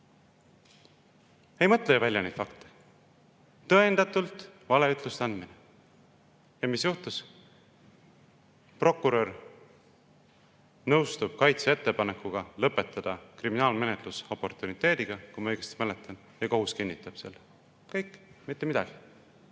Ei mõtle ju välja neid fakte. Tõendatult valeütluste andmine. Aga mis juhtus? Prokurör nõustub kaitse ettepanekuga lõpetada kriminaalmenetlus oportuniteediga, kui ma õigesti mäletan, ja kohus kinnitab selle. Kõik! Mitte midagi.